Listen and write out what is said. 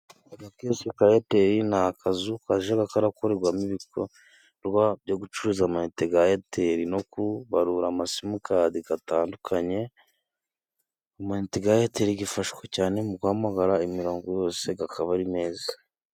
Agakiwosike ka airtel ni akazu kajaga karakorerwamo ibikorwa byo gucuruza amayinite ga airtel, no kubarura amasimukadi gatandukanye. Amayinite ga airtel gifashwa cyane mu guhamagara imirongo yose, gakaba ari meza.